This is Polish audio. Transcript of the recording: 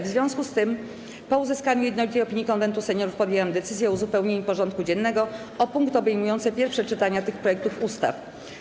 W związku z tym, po uzyskaniu jednolitej opinii Konwentu Seniorów, podjęłam decyzję o uzupełnieniu porządku dziennego o punkty obejmujące pierwsze czytania tych projektów ustaw.